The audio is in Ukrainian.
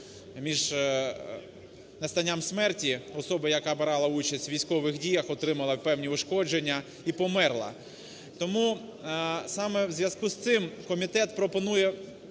між настанням смерті особи, яка брала участь в військових діях, отримала певні ушкодження і померла. Тому саме у зв'язку з цим комітет пропонує